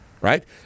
right